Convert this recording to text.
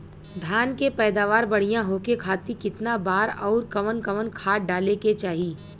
धान के पैदावार बढ़िया होखे खाती कितना बार अउर कवन कवन खाद डाले के चाही?